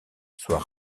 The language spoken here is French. soient